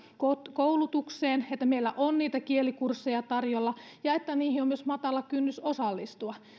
koulutukseen siihen että meillä on niitä kielikursseja tarjolla ja että niihin on myös matala kynnys osallistua